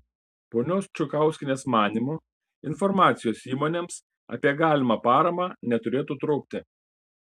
ponios čukauskienės manymu informacijos įmonėms apie galimą paramą neturėtų trūkti